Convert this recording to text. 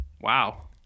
Wow